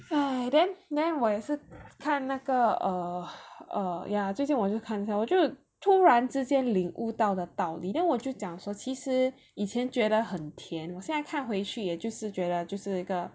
then then 我也是看那个 err err ya 最近我就看见我就突然之间领悟到的道理 then 我就讲说其实以前觉得很甜我现在看回去也就是觉得就是一个